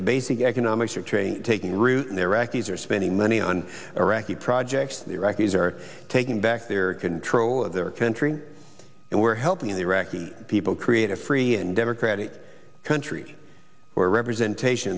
the basic economics are train taking root in iraqis are spending money on iraqi projects the iraqis are taking back their control of their country and we're helping the iraqi people create a free and democratic country where representation